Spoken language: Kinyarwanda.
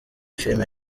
filime